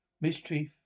mischief